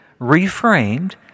reframed